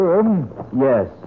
Yes